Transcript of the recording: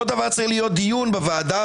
אותו דבר צריך להיות דיון בוועדה,